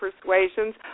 persuasions